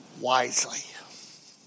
wisely